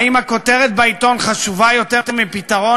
האם הכותרת בעיתון חשובה יותר מפתרון